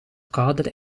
kader